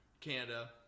Canada